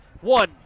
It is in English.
One